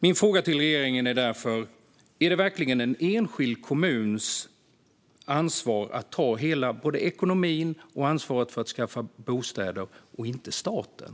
Min fråga till regeringen är därför: Är det verkligen en enskild kommun som ska ta hela ansvaret både för ekonomin och för att skaffa bostäder och inte staten?